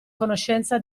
conoscenza